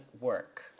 work